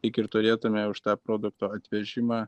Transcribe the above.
lyg ir turėtume už tą produkto atvežimą